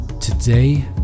Today